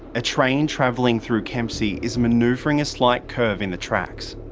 a train travelling through kempsey is manoeuvring a slight curve in the tracks.